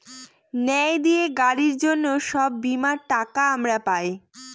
ন্যায় দিয়ে গাড়ির জন্য সব বীমার টাকা আমরা পাই